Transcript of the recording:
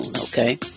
okay